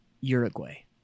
Uruguay